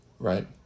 right